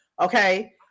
Okay